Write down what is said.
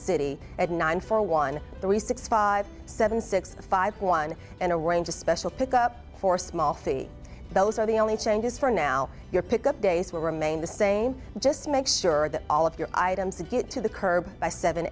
city at nine four one three six five seven six five one and arrange a special pickup for a small fee those are the only changes for now your pick up days will remain the same just make sure that all of your items to get to the curb by seven